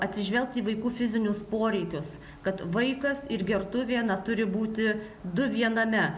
atsižvelgti į vaikų fizinius poreikius kad vaikas ir gertuvė na turi būti du viename